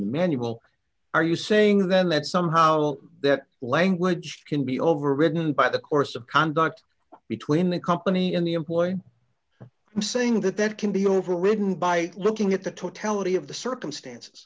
d manual are you saying then that somehow that language can be overridden by the course of conduct between the company and the employee saying that that can be overridden by looking at the totality of the circumstances